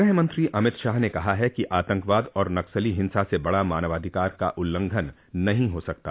गृह मंत्री अमित शाह ने कहा है कि आतंकवाद और नक्सली हिंसा से बड़ा मानवाधिकार का उल्लघंन नहीं हो सकता